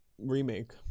remake